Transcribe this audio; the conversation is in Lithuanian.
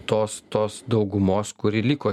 tos tos daugumos kuri liko